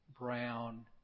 brown